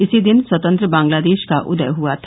इसी दिन स्वतंत्र बांग्लादेश का उदय हुआ था